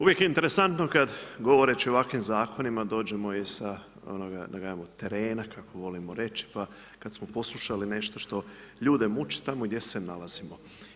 Uvijek je interesantno kad govoreći o ovakvim zakonima dođemo iz onoga, da kažemo terena, kako volimo reći, pa kad smo poslušali nešto što ljude muči tamo gdje se nalazimo.